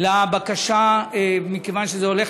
מסיבות שונות,